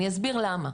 אני אסביר למה.